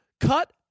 cut